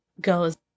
goes